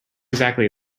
exactly